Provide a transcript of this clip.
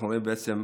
אנחנו רואים שהמצב